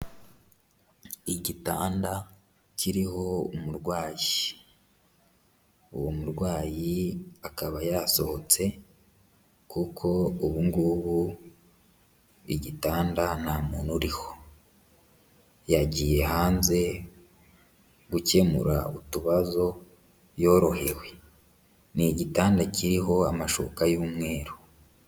Igitanda kiriho umurwayi, uwo murwayi akaba yasohotse kuko ubu ngubu igitanda nta muntu uriho, yagiye hanze gukemura utubazo yorohewe, ni igitanda kiriho amashuka y'umweru.